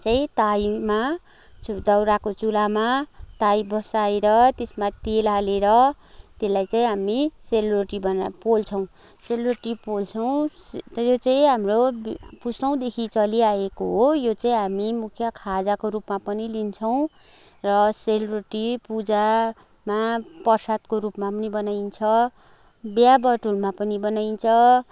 चाहिँ ताईमा दाउराको चुल्हामा ताई बसाएर त्यसमा तेल हालेर त्यसलाई चाहिँ हामि सेलरोटी बना पोल्छौँ सेलरोटी पोल्छौँ त्यो चाहिँ हाम्रो पुस्तौँदेखि चली आएको हो यो चाहिँ हामी मुख्य खाजाको रूपमा पनि लिन्छौँ र सेलरोटी पुजामा प्रसादको रूपमाम पनि बनाइन्छ बिहा बटुलमा पनि बनाइन्छ